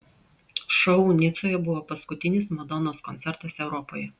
šou nicoje buvo paskutinis madonos koncertas europoje